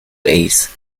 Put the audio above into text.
base